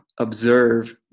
observe